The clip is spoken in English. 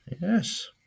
Yes